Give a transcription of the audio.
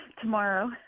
Tomorrow